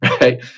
right